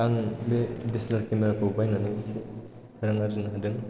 आं बे D S L R camera खौ बायनानै इसे रां आर्जिनो हादों